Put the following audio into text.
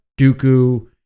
Dooku